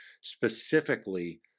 specifically